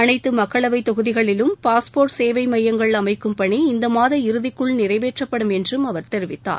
அனைத்து மக்களவை தொகுதிகளிலும் பாஸ்போர்ட் சேவை மையங்கள் அமைக்கும் பணி இந்த மாத இறுதிக்குள் நிறைவேற்றப்படும் என்று அவர் தெரிவித்தார்